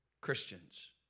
Christians